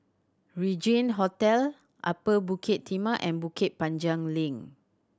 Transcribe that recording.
Regin Hotel Upper Bukit Timah and Bukit Panjang Link